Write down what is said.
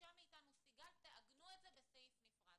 ביקשה אותנו סיגל תעגנו את זה בסעיף נפרד.